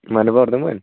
मानोबा हरदोंमोन